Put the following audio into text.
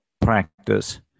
practice